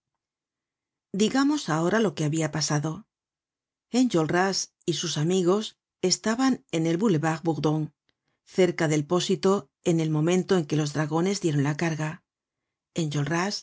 digamos ahora lo que habia pasado enjolras y sus amigos estaban en el boulevard bourdon cerca del pósito en el momento en que los dragones dieron la carga